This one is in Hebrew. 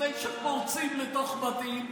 לפני שפורצים לתוך בתים,